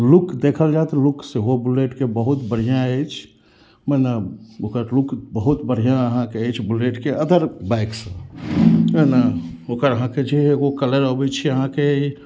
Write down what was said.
look देखल जाएत look सेहो बुलेटके बहुत बढ़िऑं अछि मने ओकर लुक बहुत बढ़िऑं अहाँके अछि बुलेटके अदर बाइकसँ है न ओकर अहाँके जे एगो कलर अबै छै अहाँके ई